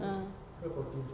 uh